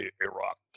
iraq